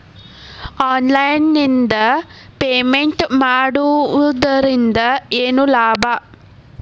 Online ನಿಂದ payment ಮಾಡುವುದರಿಂದ ಏನು ಲಾಭ?